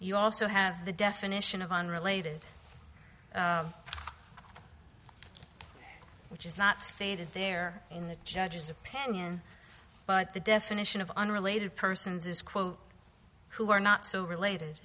you also have the definition of unrelated which is not stated there in the judge's opinion but the definition of unrelated persons as quote who are not so related